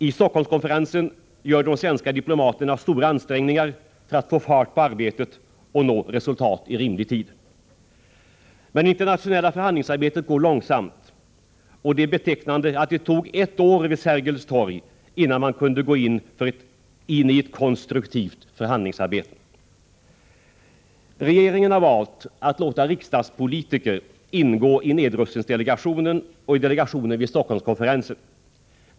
I Stockholmskonferensen gör de svenska diplomaterna stora ansträngningar för att man skall få fart på arbetet och nå resultat i rimlig tid. Men det internationella förhandlingsarbetet går långsamt. Det är betecknande att det tog ett år innan man i konferensen vid Sergels torg kunde gå in i ett konstruktivt förhandlingsarbete. Regeringen har valt att låta riksdagspolitiker ingå i nedrustningsdelegationen och i delegationen vid Stockholmskonferensen.